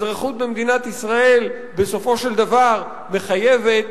אזרחות במדינת ישראל בסופו של דבר מחייבת